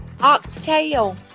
Oxtail